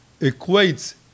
equates